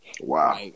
Wow